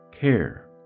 care